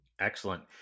Excellent